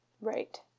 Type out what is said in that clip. Right